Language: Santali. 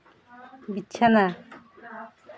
ᱵᱤᱪᱷᱟᱱᱟ